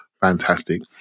fantastic